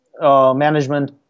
management